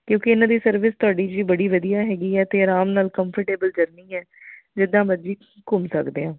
ਕਿਉਂਕਿ ਇਹਨਾਂ ਦੀ ਸਰਵਿਸ ਤੁਹਾਡੀ ਜੀ ਬੜੀ ਵਧੀਆ ਹੈਗੀ ਆ ਅਰਾਮ ਨਾਲ ਕੰਫੀਟੇਬਲ ਜਰਨੀ ਹੈ ਜਿੱਦਾਂ ਮਰਜ਼ੀ ਘੁੰਮ ਸਕਦੇ ਹੋ